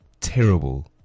terrible